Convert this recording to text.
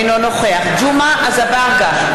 אינו נוכח ג'מעה אזברגה,